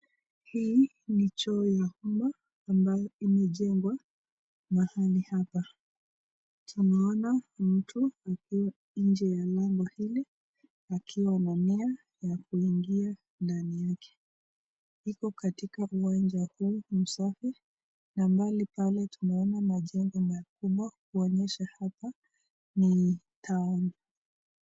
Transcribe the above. Hii ni choo ya umma ambayo imejengwa mahali hapa, tunaona mtu akiwa nje ya lango hili akiwa na nia ya kuingia ndani yake. Iko katika uwanja huu msafi na mahali pale tunaona majengo makubwa, kuonyesha hapa ni town .